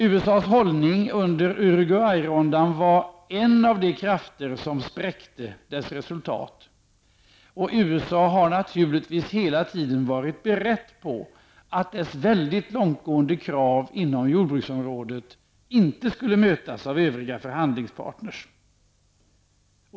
USAs hållning under Uruguay-rundan var en av de krafter som spräckte resultatet. USA har naturligtvis hela tiden varit berett på att dessa långtgående krav på jordbruksområdet inte skulle mötas av övriga förhandlingsparter.